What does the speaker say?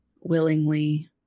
willingly